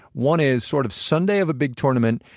one is sort of sunday, of a big tournament,